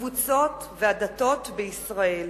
הקבוצות והדתות בישראל.